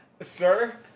Sir